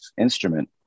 instrument